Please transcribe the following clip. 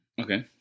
Okay